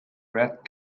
red